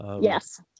Yes